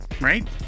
right